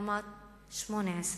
לעומת 18%,